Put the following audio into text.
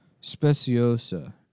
speciosa